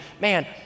Man